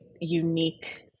unique